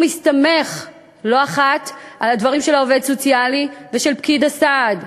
והוא מסתמך לא אחת על הדברים של העובד הסוציאלי ושל פקיד הסעד.